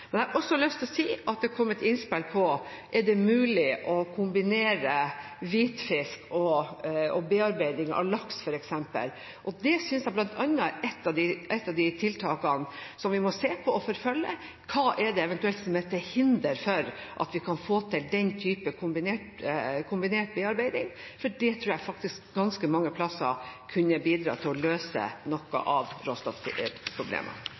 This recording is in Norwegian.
Jeg har også lyst til å si at det kom et innspill på om det er mulig å kombinere hvitfisk og bearbeiding av laks, f.eks. Det synes jeg er et av de tiltakene som vi må se på og forfølge, og hva det eventuelt er som er til hinder for at vi kan få til den typen kombinert bearbeiding. Det tror jeg faktisk ganske mange steder kunne bidratt til å løse noe av